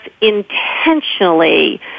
intentionally